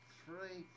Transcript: three